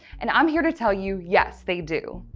and i'm here to tell you yes, they do.